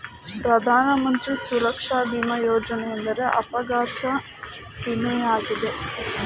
ಪ್ರಧಾನಮಂತ್ರಿ ಸುರಕ್ಷಾ ಭಿಮಾ ಯೋಜನೆ ಒಂದು ಅಪಘಾತ ವಿಮೆ ಯಾಗಿದೆ